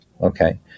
Okay